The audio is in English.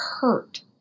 hurt